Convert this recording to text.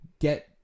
get